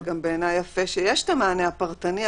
זה גם בעיניי יפה שיש המענה הפרטני,